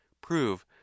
prove